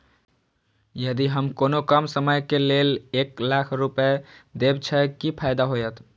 यदि हम कोनो कम समय के लेल एक लाख रुपए देब छै कि फायदा होयत?